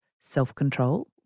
self-control